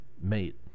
mate